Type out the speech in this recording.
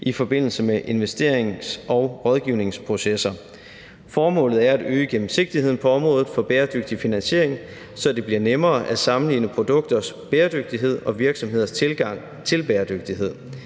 i forbindelse med investerings- og rådgivningsprocesser. Formålet er at øge gennemsigtigheden på området for bæredygtig finansiering, så det bliver nemmere at sammenligne produkters bæredygtighed og virksomheders tilgang til bæredygtighed.